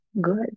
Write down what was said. good